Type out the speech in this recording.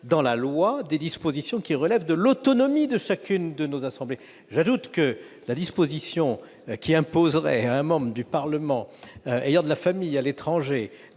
dans la loi des dispositions relevant de l'autonomie de chacune de nos assemblées. J'ajoute que la disposition qui imposerait à un membre du Parlement ayant de la famille à l'étranger